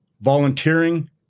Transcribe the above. volunteering